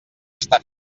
està